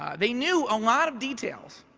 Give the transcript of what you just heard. ah they knew a lot of details,